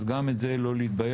אז גם את זה לא להתבייש,